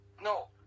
No